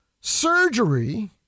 surgery